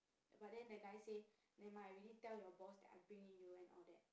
but then that guy say never mind I already tell your boss that I'm bringing you and all that